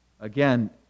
Again